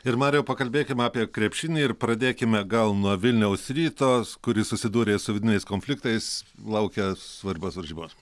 ir mariau pakalbėkim apie krepšinį ir pradėkime gal nuo vilniaus ryto kuris susidūrė su vidiniais konfliktais laukia svarbios varžybos